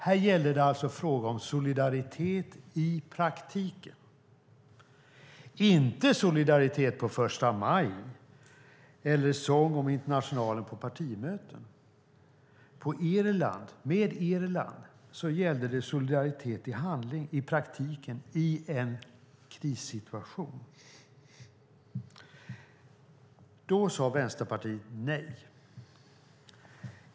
Det var alltså fråga om solidaritet i praktiken, inte solidaritet på första maj eller sång om Internationalen på partimöten. För Irland gällde det solidaritet i handling, i praktiken, i en krissituation. Då sade Vänsterpartiet nej.